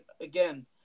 again